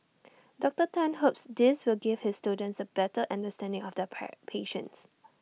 Doctor Tan hopes this will give his students A better understanding of their pre patients